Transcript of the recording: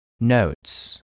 Notes